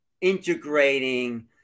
integrating